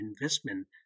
investment